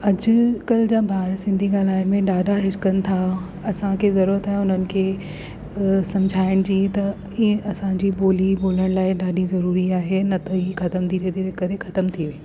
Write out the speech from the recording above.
अॼुकल्ह जा ॿार सिंधी ॻाल्हाइण में ॾाढा हिचकनि था असांखे ज़रूरुत आहे हुननि खे सम्झाइण जी त इहा असांजी ॿोली ॿोलण लाइ ॾाढी ज़रूरी आहे न त ही ख़तमु धीरे धीरे करे ख़तमु थी वेंदी